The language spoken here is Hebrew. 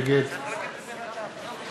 נגד